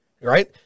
right